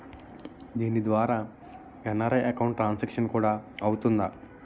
దీని ద్వారా NRI account transaction కూడా అవుతుందా?